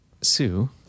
Sue